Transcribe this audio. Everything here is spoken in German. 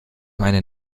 meine